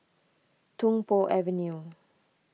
Tung Po Avenue